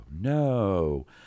no